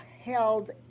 held